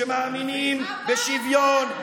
שמאמינים בשוויון,